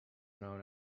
known